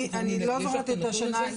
אני לא זוכרת את השנה.